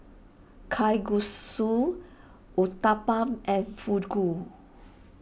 Kalguksu Uthapam and